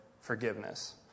forgiveness